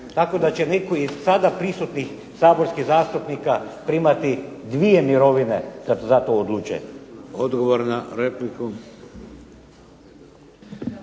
Tako da će netko i od sada prisutnih saborskih zastupnika primati dvije mirovine kad za to odluče. **Šeks,